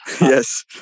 yes